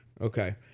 Okay